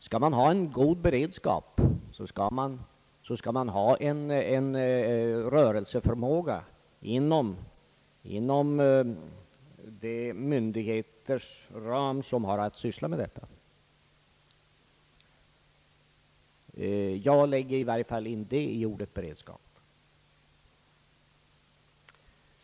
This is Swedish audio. Skall man ha en god beredskap, måste det finnas en rörelsemöjlighet inom en viss ram för de myndigheter som har att syssla med dessa frågor. Jag lägger i varje fall in det i orden god beredskap.